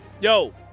yo